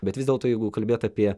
bet vis dėlto jeigu kalbėt apie